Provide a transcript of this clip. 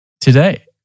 today